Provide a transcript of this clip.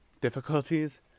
difficulties